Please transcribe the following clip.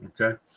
Okay